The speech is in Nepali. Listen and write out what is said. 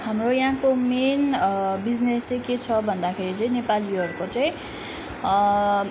हाम्रो यहाँको मेन बिजिनेस के छ भन्दाखेरि चाहिँ नेपाली हरूको चाहिँ